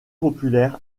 populaires